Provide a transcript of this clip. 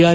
R